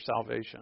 salvation